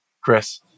Chris